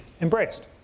embraced